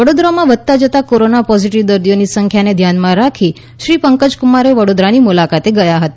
વડોદરામાં વધતા જતા કોરોના પોઝીટીવ દર્દીઓની સંખ્યાને ધ્યાનમાં રાખી શ્રી પંકજક્રમાર વડોદરાની મુલાકાતે ગથા હતા